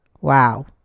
Wow